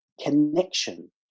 connection